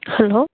hello